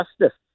justice